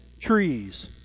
trees